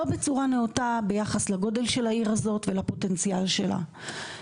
לא בצורה נאותה ביחס לגודל של העיר הזאת ולפוטנציאל שלה.